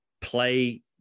play